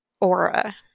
aura